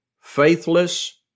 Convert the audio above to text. Faithless